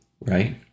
right